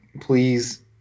please